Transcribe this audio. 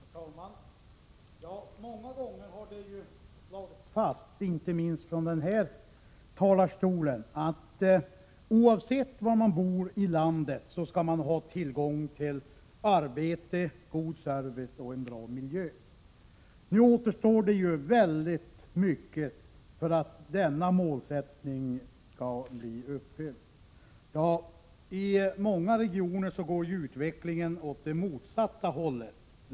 Herr talman! Det har många gånger slagits fast, inte minst från denna talarstol, att oavsett var man bor i landet skall man ha tillgång till arbete, god service och en bra miljö. Det återstår mycket för att denna målsättning skall bli uppfylld. I många regioner går utvecklingen åt det motsatta hållet.